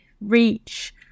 reach